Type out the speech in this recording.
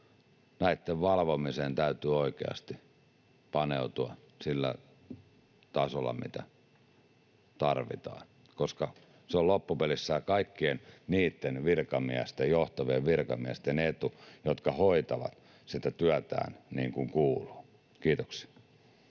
näitten valvomiseen täytyy oikeasti paneutua sillä tasolla, mitä tarvitaan, koska se on loppupeleissä kaikkien niitten johtavien virkamiesten etu, jotka hoitavat sitä työtään niin kuin kuuluu. — Kiitoksia.